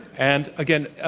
and again,